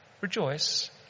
rejoice